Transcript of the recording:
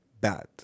bad